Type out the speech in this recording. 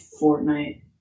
Fortnite